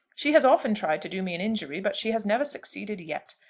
she has often tried to do me an injury, but she has never succeeded yet.